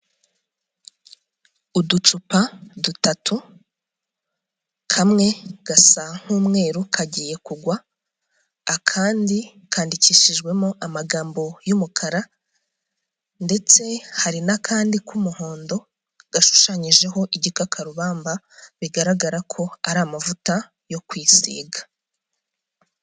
Uducupa dutatu kamwe gasa nk'umweru kagiye kugwa, akandi kandikishijwemo amagambo y'umukara ndetse hari n'akandi k'umuhondo gashushanyijeho igikakarubamba, bigaragara ko ari amavuta yo kwisiga.